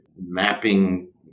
mapping